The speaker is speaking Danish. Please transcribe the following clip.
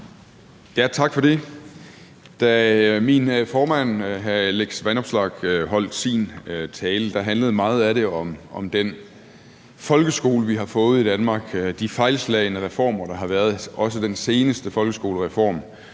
Tak for det. Da min formand, hr. Alex Vanopslagh, holdt sin tale, handlede meget af den om den folkeskole, vi har fået i Danmark, de fejlslagne reformer, der har været, også den seneste folkeskolereform,